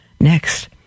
Next